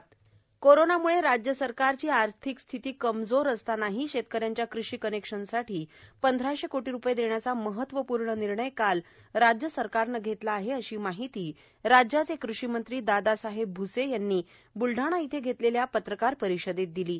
क़षी मंत्री कोरोनाम्ळे राज्य सरकारची आर्थिक स्थिती कमजोर असतानाही शेतकऱ्यांच्या कृषी कनेक्शनसाठी पंधराशे कोटी रुपये देण्याचा महत्त्वपूर्ण निर्णय काल राज्य सरकारने घेतला आहे अशी माहिती राज्याचे कृषी मंत्री दादासाहेब भूसे यांनी ब्लढाणा येथे घेतलेल्या पत्रकार परिषदेत दिली आहे